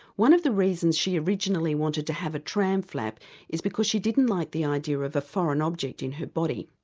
one of the reasons she originally wanted to have a tram flap is because she didn't like the idea of a foreign object in her body,